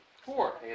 Four